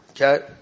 Okay